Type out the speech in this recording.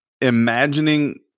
Imagining